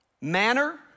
Manner